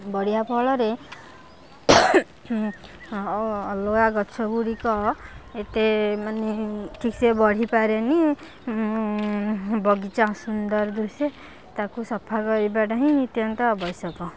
ବଢ଼ିବା ଫଳରେ ଅଲଗା ନୂଆ ଗଛ ଗୁଡ଼ିକ ଏତେ ମାନେ ଠିକ୍ ସେ ବଢ଼ି ପାରେନି ବଗିଚା ଅସୁନ୍ଦର ଦିଶେ ତାକୁ ସଫା କରିବାଟା ହିଁ ନିତ୍ୟାନ୍ତ ଆବଶ୍ୟକ